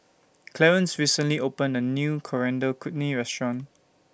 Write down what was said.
Clarence recently opened A New Coriander Chutney Restaurant